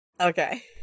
Okay